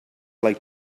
like